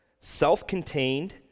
self-contained